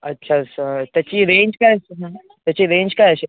अच्छा सर त्याची रेंज काय त्याची रेंज काय असे